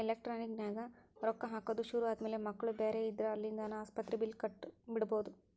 electronic ನ್ಯಾಗ ರೊಕ್ಕಾ ಹಾಕೊದ್ ಶುರು ಆದ್ಮ್ಯಾಲೆ ಮಕ್ಳು ಬ್ಯಾರೆ ಇದ್ರ ಅಲ್ಲಿಂದಾನ ಆಸ್ಪತ್ರಿ ಬಿಲ್ಲ್ ಕಟ ಬಿಡ್ಬೊದ್